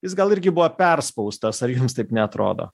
jis gal irgi buvo perspaustas ar jums taip neatrodo